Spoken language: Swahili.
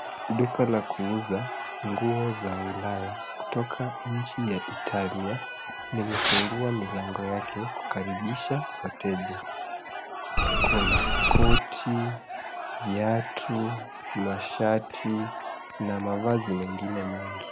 Duka la kuuza nguo za ulaya kutoka nchi ya Italy, limefungua milango yake kukaribisha wateja. Kuna koti, viatu, mashati na mavazi mengine mengi.